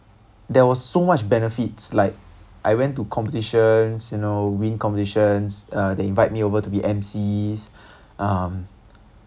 there was so much benefits like I went to competitions you know win competitions uh they invite me over to be emcee um